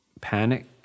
panic